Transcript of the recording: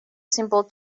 simple